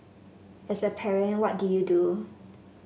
as a parent what do you do